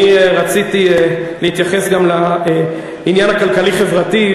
אני רציתי להתייחס גם לעניין הכלכלי-חברתי,